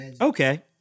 Okay